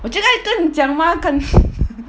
我就在跟你讲吗 kan